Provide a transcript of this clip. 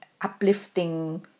uplifting